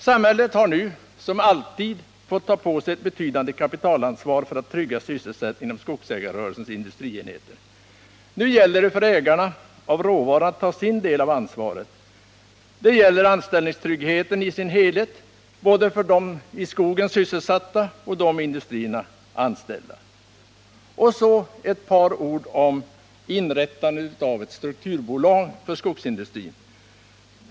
Samhället har nu som alltid fått ta på sig ett betydande kapitalansvar för att trygga sysselsättningen inom skogsägarrörelsens industrienheter. Nu gäller det för ägarna av råvaran att ta sin del av ansvaret. Det gäller anställningstryggheten i dess helhet både för dem i skogen sysselsatta och för dem i industrierna anställda. Så några ord om inrättandet av ett strukturbolag för skogsindustrin.